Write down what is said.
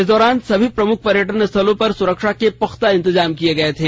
इस दौरान सभी प्रमुख पर्यटकों पर सुरक्षा के भी पुख्ता इंतजाम किये गये थे